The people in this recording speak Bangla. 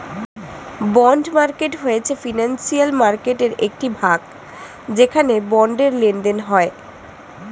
বন্ড মার্কেট হয়েছে ফিনান্সিয়াল মার্কেটয়ের একটি ভাগ যেখানে বন্ডের লেনদেন হয়